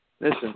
Listen